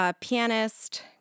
pianist